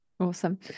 Awesome